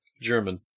German